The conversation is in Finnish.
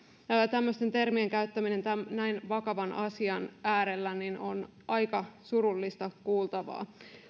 tämmöisten termien käyttäminen näin vakavan asian äärellä on aika surullista kuultavaa